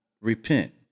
repent